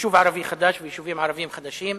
יישוב ערבי חדש ויישובים ערביים חדשים.